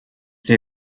see